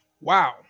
Wow